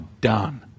done